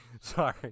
Sorry